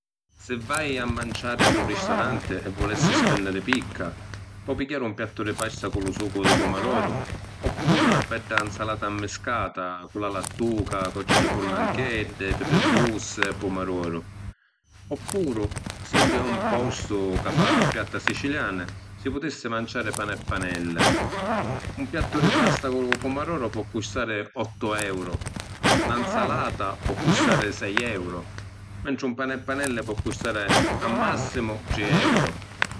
Si’ vai a manciàri a lu ristoranti e vulissi spenniri picca, po’ pigghiari un piattu di pasta cu lu sucu di pumadoru, oppuru na bedda ‘nzalata ‘mmiscata cu la lattuca, cocci di pullancheddi, pipi russi e pumadoru. Oppuru siddu è un postu ca fa piatta siciliani si putissi manciàri pani e panelli. Un piattu di pasta cu lu pumadoru po’ custari ottu euru. Na ‘nzalata po’ custari sei euru, mentri un pani e panelli po’ custari a massimu tri euru.